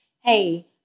hey